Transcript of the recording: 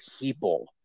people